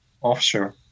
offshore